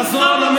חזון האופוזיציה,